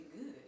good